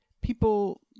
people